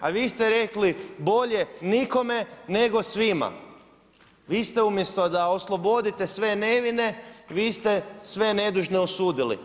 A vi ste rekli bolje nikome nego svima, vi ste umjesto da oslobodite sve nevine vi ste sve nedužne osudili.